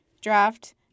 draft